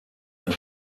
time